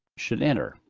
should enter.